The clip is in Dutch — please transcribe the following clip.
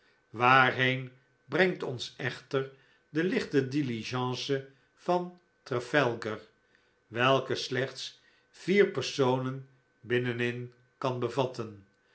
waarheen brengt ons echter de lichte diligence van trafalgar welke slechts vier personen binnenin kan bevatten